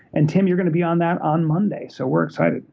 and tim, you're going to be on that on monday, so we're excited.